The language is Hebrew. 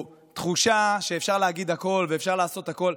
תחושה שאפשר להגיד הכול ואפשר לעשות הכול,